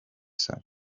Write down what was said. said